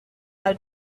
how